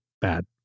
bad